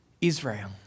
Israel